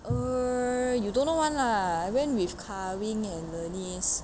err you don't know [one] lah I went with kar wing and bernice